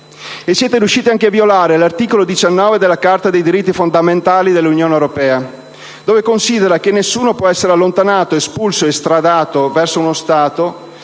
Siete riusciti a violare anche l'articolo 19 della Carta dei diritti fondamentali dell'Unione europea, dove è scritto che «Nessuno può essere allontanato, espulso o estradato verso uno Stato